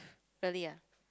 really ah